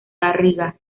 garriga